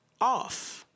off